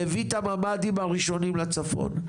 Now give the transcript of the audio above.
והביא את הממ"דים הראשונים לצפון,